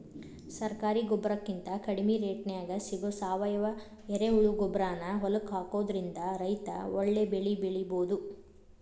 ಸರಕಾರಿ ಗೊಬ್ಬರಕಿಂತ ಕಡಿಮಿ ರೇಟ್ನ್ಯಾಗ್ ಸಿಗೋ ಸಾವಯುವ ಎರೆಹುಳಗೊಬ್ಬರಾನ ಹೊಲಕ್ಕ ಹಾಕೋದ್ರಿಂದ ರೈತ ಒಳ್ಳೆ ಬೆಳಿ ಬೆಳಿಬೊದು